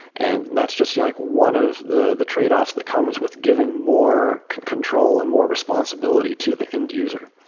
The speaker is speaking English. and that's just yeah like one of the the trade-offs that comes with giving more control and more responsibility to the end-user.